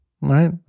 Right